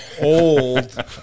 old